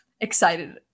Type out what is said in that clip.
excited